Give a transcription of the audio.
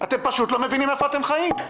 אתם פשוט לא מבינים איפה אתם חיים.